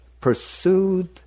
pursued